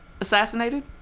assassinated